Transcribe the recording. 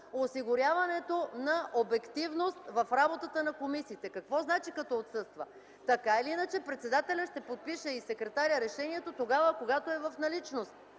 осигуряването на обективност в работата на комисиите. Какво значи „като отсъства”? Така или иначе, председателят и секретарят подписват решението тогава, когато е в наличност.